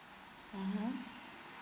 mmhmm